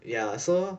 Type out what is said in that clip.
ya so